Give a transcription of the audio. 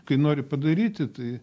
kai nori padaryti tai